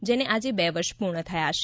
જેને આજે બે વર્ષ પૂર્ણ થયા છે